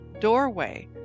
doorway